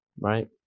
Right